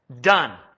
done